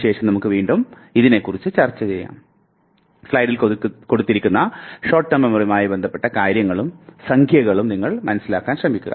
ശേഷം ഞാൻ വീണ്ടും ചർച്ചയിലേക്ക് വരാം